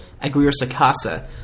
Aguirre-Sacasa